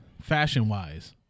Fashion-wise